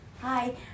hi